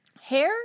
hair